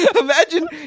Imagine